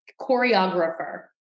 choreographer